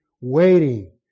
waiting